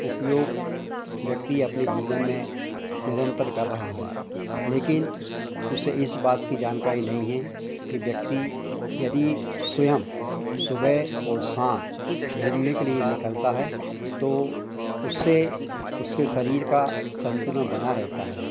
उपयोग व्यक्ति अपने जीवन में निरंतर कर रहा है लेकिन उसे इस बात की जानकारी नहीं है कि व्यक्ति यदि स्वयं सुबह और शाम घूमने के लिए निकलता है तो उससे उसके शरीर का संतुलन बना रहता है